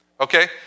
Okay